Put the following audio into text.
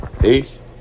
Peace